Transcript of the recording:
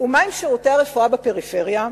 ומה עם שירותי הרפואה בפריפריה?